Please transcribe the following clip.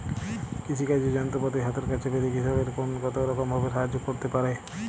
কৃষিকাজের যন্ত্রপাতি হাতের কাছে পেতে কৃষকের ফোন কত রকম ভাবে সাহায্য করতে পারে?